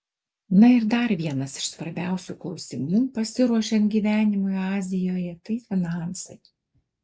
na ir dar vienas iš svarbiausių klausimų pasiruošiant gyvenimui azijoje tai finansai